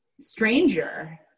stranger